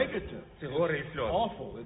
awful